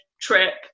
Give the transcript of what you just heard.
trip